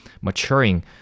maturing